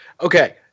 Okay